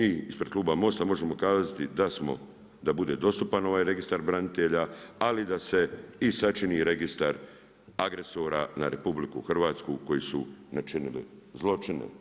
Ispred kluba Most-a možemo kazati da bude dostupan ovaj registar branitelja, ali da se i sačini registar agresora na RH koji su načinili zločine.